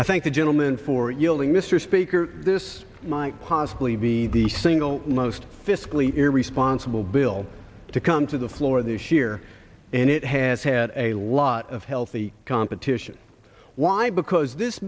i thank the gentleman for yielding mr speaker this might possibly be the single most fiscally irresponsible bill to come to the floor this year and it has had a lot of healthy competition why because this